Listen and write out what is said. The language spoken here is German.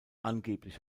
angeblich